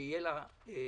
שיהיה לה חשב,